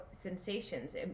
sensations